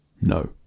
No